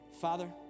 Father